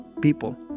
people